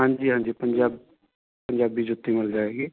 ਹਾਂਜੀ ਹਾਂਜੀ ਪੰਜਾਬ ਪੰਜਾਬੀ ਜੁੱਤੀ ਮਿਲ ਜਾਏਗੀ